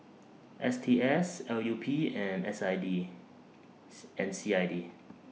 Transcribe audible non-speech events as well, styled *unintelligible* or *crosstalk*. S T S L U P and S I D *unintelligible* and C I D